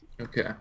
Okay